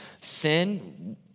sin